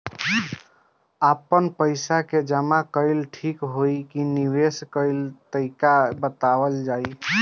आपन पइसा के जमा कइल ठीक होई की निवेस कइल तइका बतावल जाई?